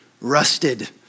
rusted